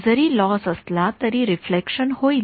जरी लॉस असला तरी रिफ्लेक्शन होईल